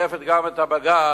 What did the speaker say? משקפת גם את בג"ץ,